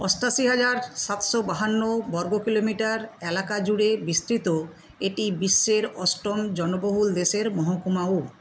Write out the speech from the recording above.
অষ্টাশি হাজার সাতশো বাহান্ন বর্গ কিলোমিটার এলাকা জুড়ে বিস্তৃত এটি বিশ্বের অষ্টম জনবহুল দেশের মহকুমাও